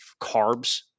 carbs